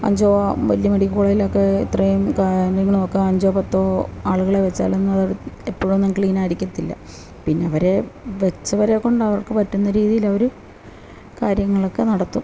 അഞ്ചോ വലിയ മെഡിക്കൽ കോളേജിലൊക്കെ ഇത്രയും കാര്യങ്ങൾ നോക്കാൻ അഞ്ചോ പത്തോ ആളുകളെ വച്ചാലൊന്നും അതെപ്പോഴുമൊന്നും ക്ലീൻ ആയിരിക്കത്തില്ല പിന്നെ അവരെ വച്ചവരെക്കൊണ്ട് അവർക്ക് പറ്റുന്ന രീതിയിൽ അവര് കാര്യങ്ങളൊക്കെ നടത്തും